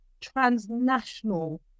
transnational